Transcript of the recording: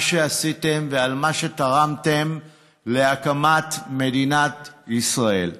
שעשיתם ועל מה שתרמתם להקמת מדינת ישראל.